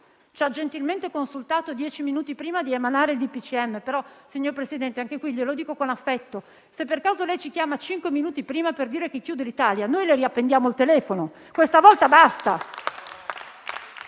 ci ha gentilmente consultato dieci minuti prima di emanare il DPCM, però, glielo dico con affetto, se per caso ci chiamerà cinque minuti prima per dire che chiude l'Italia noi le attaccheremo il telefono. Questa volta basta!